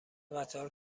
قطار